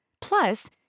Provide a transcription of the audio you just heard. Plus